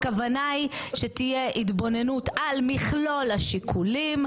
הכוונה היא שתהיה התבוננות על מכלול השיקולים,